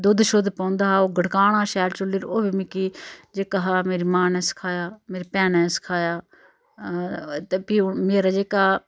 दुद्ध शुद्ध पौंदा हा ओह गड़काना शैल चुल्ली पर ओह् बी मिकी जेह्का हा मेरी मां ने सखाया हा मेरी भैनें सखाया ते फ्ही हून मेरा जेह्का